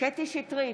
קטי קטרין שטרית,